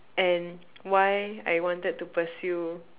and why I wanted to pursue